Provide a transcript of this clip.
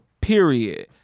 period